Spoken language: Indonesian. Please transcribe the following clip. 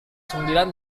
sembilan